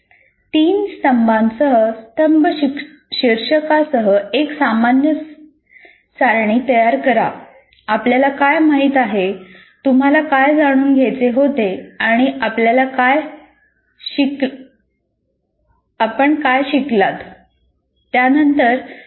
तीन स्तंभांसह स्तंभ शीर्षकासह एक सामान्य सारणी तयार करा 'आपल्याला काय माहित आहे' 'तुम्हाला काय जाणून घ्यायचे होते' आणि 'आपण काय शिकलात' त्यानंतर त्यामध्ये लिहा